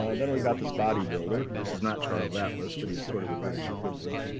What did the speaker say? um then we got this body builder. this is not charles atlas, but he's sort of the british equivalent.